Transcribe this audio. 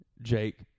Jake